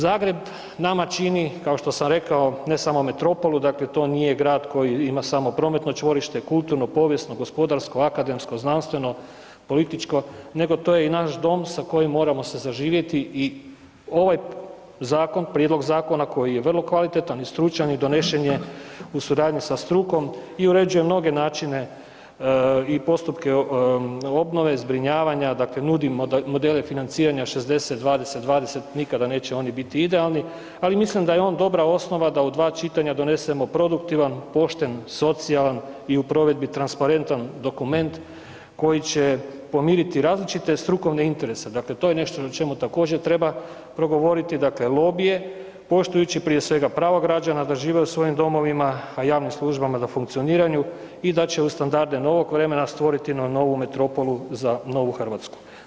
Zagreb nama čini kao što sam rekao ne samo metropolu, dakle to nije grad koji ima samo prometno čvorište, kulturno, povijesno, gospodarsko, akademsko, znanstveno, političko nego to je i naš dom s kojim se moram zaživjeti i ovaj prijedlog zakona koji je vrlo kvalitetan i stručan i donesen je u suradnji sa strukom i uređuje mnoge načine i postupke obnove, zbrinjavanja, nudi modele financiranja 60-20-20 nikada neće oni biti idealni, ali mislim da je on dobra osnova da u dva čitanja donesemo produktivan, pošten, socijalan i u provedbi transparentan dokument koji će pomoriti različite strukovne interese, dakle to je nešto o čemu također treba progovoriti, dakle lobije, poštujući prije svega prava građana da žive u svojim domovima, a javnim službama da funkcioniraju i da će u standarde novog vremena stvoriti nam novu metropolu za novu Hrvatsku.